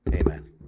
Amen